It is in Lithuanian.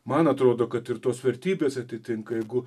man atrodo kad ir tos vertybės atitinka jeigu